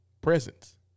presence